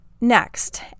Next